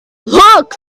look